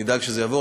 נדאג שזה יעבור.